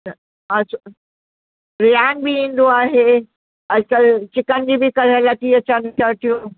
त अछा रियान बि ईंदो आहे अॼु कल्ह चिकन जी बि कलर थी अचनि शर्टूं